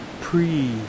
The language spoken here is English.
pre